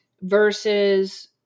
versus